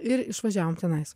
ir išvažiavom tenais